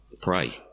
pray